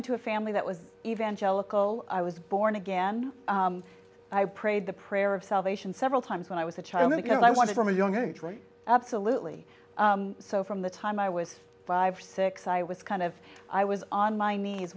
into a family that was evangelical i was born again i prayed the prayer of salvation several times when i was a child because i wanted from a young age race absolutely so from the time i was five six i was kind of i was on my knees